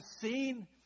seen